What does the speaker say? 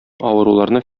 авыруларны